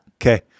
Okay